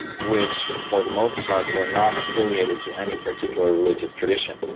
which for the most part were not affiliated to any particular religious tradition.